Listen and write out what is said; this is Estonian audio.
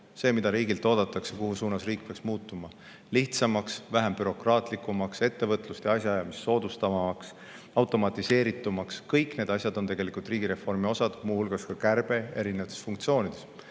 see, mida riigilt oodatakse, mis suunas riik peaks muutuma: lihtsamaks, vähem bürokraatlikuks, ettevõtlust ja asjaajamist soodustavamaks, automatiseeritumaks. Kõik need asjad on tegelikult riigireformi osad, muu hulgas erinevate funktsioonide